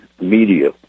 media